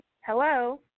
hello